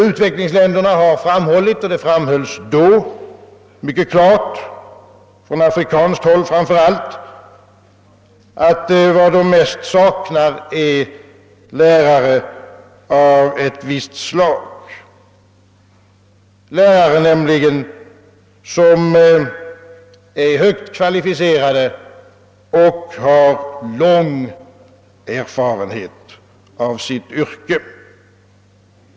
Utvecklingsländerna har framhållit — det betonades också då mycket klart, framför allt från afrikanskt håll —, att vad man mest saknar är lärare av ett visst slag, nämligen lärare som är högt kvalificerade och har lång erfarenhet av sitt yrke.